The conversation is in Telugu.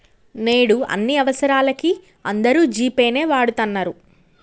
నేడు అన్ని అవసరాలకీ అందరూ జీ పే నే వాడతన్నరు